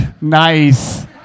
Nice